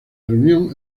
reunión